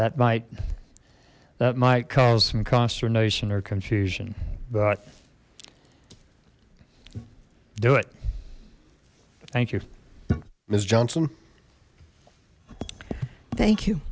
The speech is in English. that might that might cause some consternation or confusion but do it thank you miss johnson thank you